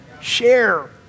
share